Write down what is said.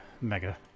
Mega